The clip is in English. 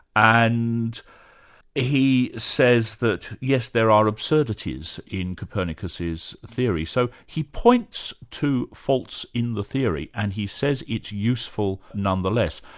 and he says that yes, there are absurdities in copernicus' theory. so he points to faults in the theory, and he says it's useful nonetheless.